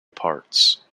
parts